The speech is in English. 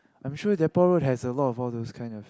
I'm sure Depot road has a lot of those kind of